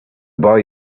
boy